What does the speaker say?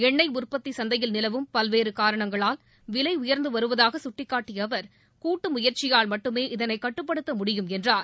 எண்ணெய் உற்பத்தி சந்தையில் நிலவும் பல்வேறு காரணங்களால் விலை உயா்ந்து வருவதாக சுட்டிக்காட்டிய அவர் கூட்டு முயற்சியால் மட்டுமே இதனை கட்டுப்படுத்த முடியும் என்றார்